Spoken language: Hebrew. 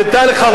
תדע לך,